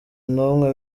n’umwe